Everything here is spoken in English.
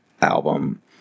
album